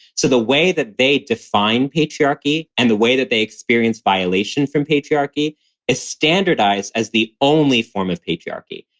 so the way that they define patriarchy and the way that they experienced violation from patriarchy is standardized as the only form of patriarchy.